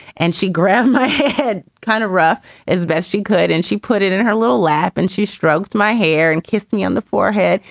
and she grabbed my head kind of rough as best she could. and she put it in her little lap and she stroked my hair and kissed me on the forehead.